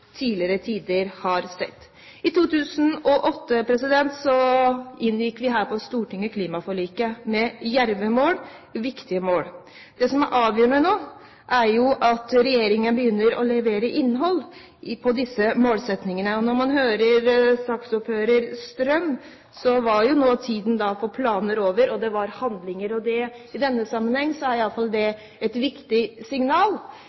har sett i tidligere tider. I 2008 inngikk vi her på Stortinget klimaforliket med djerve mål, viktige mål. Det som er avgjørende nå, er at regjeringen begynner å levere innhold når det gjelder disse målsettingene. Når man hører saksordfører Strøm, er tiden for planer nå over, og det er tid for handlinger. I denne sammenheng er iallfall det et viktig signal,